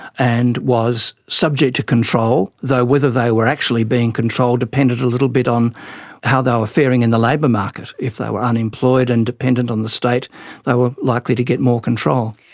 and was subject to control. though whether they were actually being controlled depended a little bit on how they were faring in the labour market. if they were unemployed and dependent on the state they were likely to get more control.